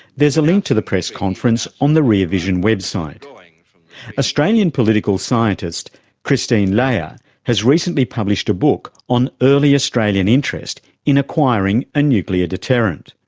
there's a link to the press conference on the rear vision website. australian political scientist christine leah has recently published a book on early australian interest in acquiring a nuclear deterrent.